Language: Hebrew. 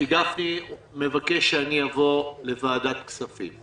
כי גפני מבקש שאני אבוא לוועדת הכספים.